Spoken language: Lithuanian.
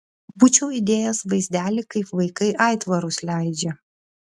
būčiau įdėjęs vaizdelį kaip vaikai aitvarus leidžia